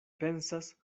pensas